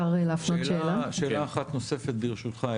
ברשותך, שאלה אחת נוספת אליך,